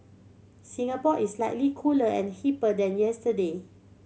Singapore is slightly cooler and hipper than yesterday